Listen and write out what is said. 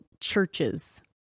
churches